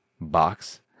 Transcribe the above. box